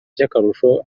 by’akarusho